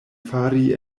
fari